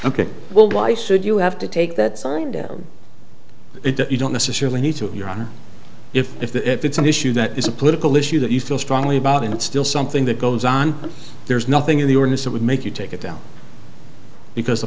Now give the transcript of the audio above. ok well why should you have to take that sign down if you don't necessarily need to you're on if if it's an issue that is a political issue that you feel strongly about and it's still something that goes on there's nothing in the or in this it would make you take it down because the